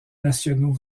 nationaux